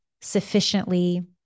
sufficiently